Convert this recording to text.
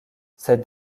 cette